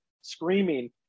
screaming